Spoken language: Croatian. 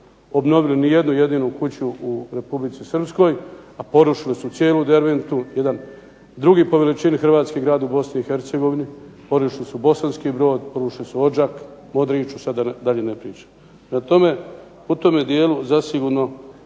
obnovili nijednu jedinu kuću u Republici Hrvatskoj, a porušili su cijelu Derventu, jedan drugi po veličini hrvatski grad u Bosni i Hercegovini. Porušili su Bosanski brod, porušili su Odžak, Modriču, sad da dalje ne pričam. Prema tome, u tome dijelu zasigurno